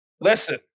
listen